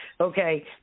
okay